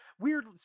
weird